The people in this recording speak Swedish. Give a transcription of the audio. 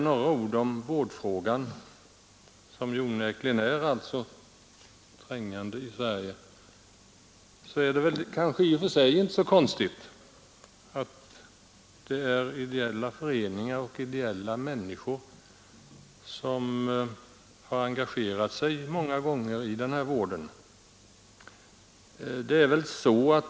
Vårdfrågan är onekligen trängande i Sverige, och det är kanske i och för sig inte så konstigt att det är ideella föreningar och ideella människor som har engagerat sig i denna vård.